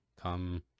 come